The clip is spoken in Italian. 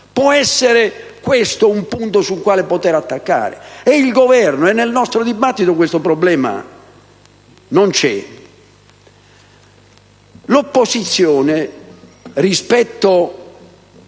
Può essere questo un punto sul quale attaccare. E nel Governo, e nel nostro dibattito, questo problema non c'è. Il PD, rispetto